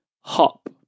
hop